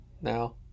now